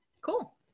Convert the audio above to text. cool